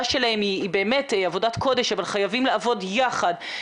שלהם היא באמת עבודת קודש אבל חייבים לעבוד יחד,